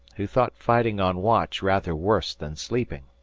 who thought fighting on watch rather worse than sleeping.